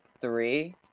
three